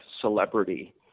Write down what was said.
celebrity